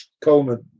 Coleman